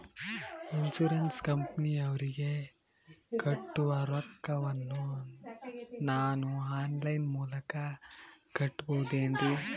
Insurance ಕಂಪನಿಯವರಿಗೆ ಕಟ್ಟುವ ರೊಕ್ಕ ವನ್ನು ನಾನು ಆನ್ ಲೈನ್ ಮೂಲಕ ಕಟ್ಟಬಹುದೇನ್ರಿ?